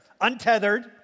untethered